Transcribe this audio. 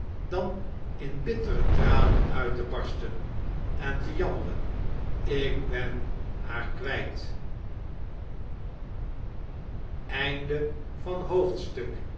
dan in bittere tranen uit te barsten en te jammeren ik ben haar kwijt